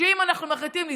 שאם אנחנו מחליטים לסגור,